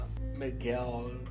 Miguel